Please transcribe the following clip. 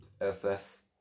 SS